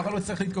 אסף, בבקשה, תסיים.